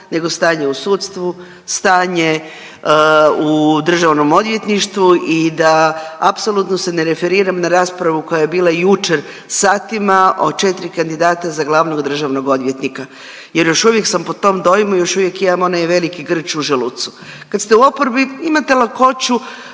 nego stanje u sudstvu, stanje u Državnom odvjetništvu i da apsolutno se ne referiram na raspravu koja je bila jučer satima od 4 kandidata za glavnog državnog odvjetnika jer još uvijek sam pod tom dojmu, još uvijek imam onaj veliki grč u želucu. Kad ste u oporbi imate lakoću